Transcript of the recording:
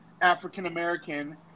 African-American